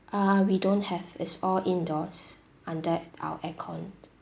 uh we don't have it's all indoors under our aircon